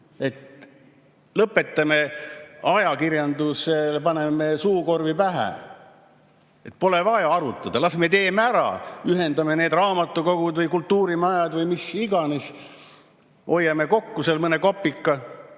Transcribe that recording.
et paneme ajakirjandusele suukorvi pähe. Pole vaja arutada. Las me teeme ära, ühendame need raamatukogud või kultuurimajad või mis iganes, hoiame kokku mõne kopika,